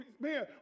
man